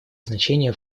значение